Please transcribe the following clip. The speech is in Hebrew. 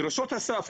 דרישות הסף,